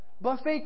Buffet